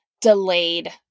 delayed